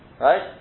Right